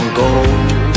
gold